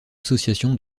association